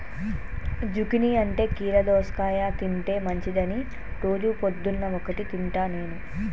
zucchini అంటే కీరా దోసకాయ తింటే మంచిదని రోజు పొద్దున్న ఒక్కటి తింటా నేను